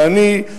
ואני,